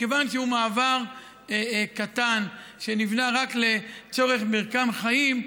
מכיוון שהוא מעבר קטן, שנבנה רק לצורך מרקם חיים,